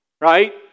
right